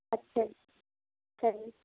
ਅੱਛਾ ਜੀ ਅੱਛਾ ਜੀ